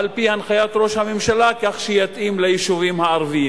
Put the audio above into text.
על-פי הנחיית ראש הממשלה כך שיתאים ליישובים הערביים,